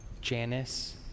Janice